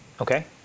Okay